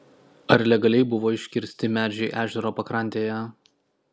ar legaliai buvo iškirsti medžiai ežero pakrantėje